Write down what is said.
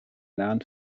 nahen